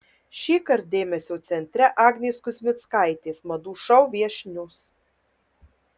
šįkart dėmesio centre agnės kuzmickaitės madų šou viešnios